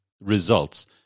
results